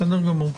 בסדר גמור.